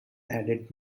added